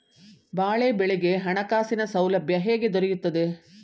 ಬಾಳೆ ಬೆಳೆಗೆ ಹಣಕಾಸಿನ ಸೌಲಭ್ಯ ಹೇಗೆ ದೊರೆಯುತ್ತದೆ?